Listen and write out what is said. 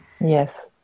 Yes